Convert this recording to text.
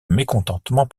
mécontentement